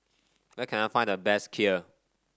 where can I find the best Kheer